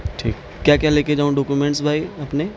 ٹھیک کیا کیا لے کے جاؤں ڈاکومنٹس بھائی اپنے